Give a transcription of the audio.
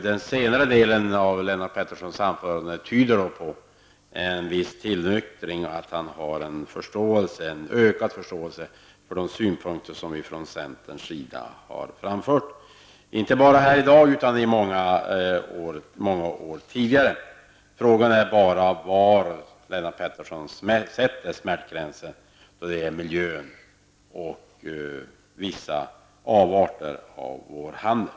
Den senare delen av Lennart Petterssons anförande tyder på en viss tillnyktring och en ökad förståelse för de synpunkter som vi från centerns sida har framfört inte bara här i dag, utan även under många tidigare år. Frågan är bara var Lennart Pettersson sätter smärtgränsen vad det gäller miljön och vissa avarter i vår handel.